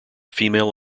female